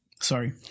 Sorry